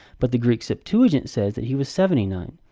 but the greek septuagint says that he was seventy nine.